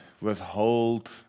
withhold